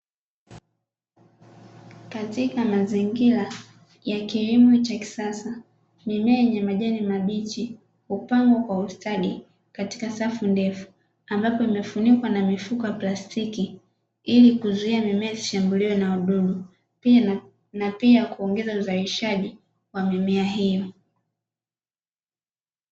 Katika mazingira ya kilimo cha kisasa, mimea yenye majani mabichi hupangwa kwa ustadi, katika safu ndefu; ambapo imefunikwa na mifuko ya plastiki, ili kuzuia mimea isishambuliwe na wadudu na pia kuongeza uzalishaji wa mimea hiyo.